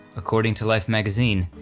according to life magazine,